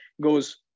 goes